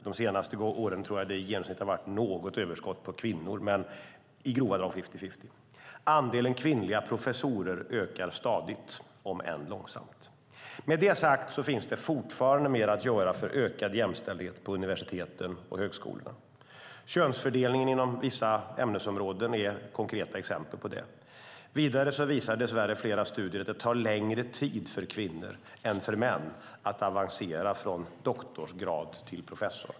De senaste åren har det i genomsnitt varit något överskott på kvinnor, men i grova drag fifty-fifty. Andelen kvinnliga professorer ökar stadigt, om än långsamt. Med det sagt finns det fortfarande mer att göra för ökad jämställdhet på universiteten och högskolorna. Könsfördelningen inom vissa ämnesområden är ett konkret exempel på det. Vidare visar dess värre flera studier att det tar längre tid för kvinnor än för män att avancera från doktorsgrad till professor.